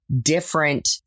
different